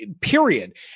period